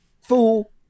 fool